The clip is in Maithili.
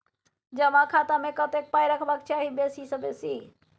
जमा खाता मे कतेक पाय रखबाक चाही बेसी सँ बेसी?